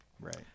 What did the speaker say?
right